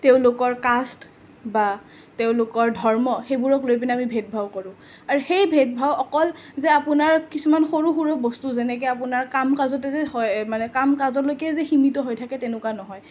তেওঁলোকৰ কাষ্ট বা তেওঁলোকৰ ধৰ্ম সেইবোৰক লৈ পিনে আমি ভেদ ভাৱ কৰোঁ আৰু সেই ভেদ ভাৱ অকল যে আপোনাৰ কিছুমান সৰু সৰু বস্তু যেনেকৈ আপোনাৰ কাম কাজতে যে হয় মানে কাম কাজলৈকে যে সীমিত হৈ থাকে তেনেকুৱা নহয়